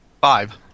Five